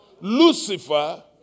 Lucifer